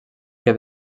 que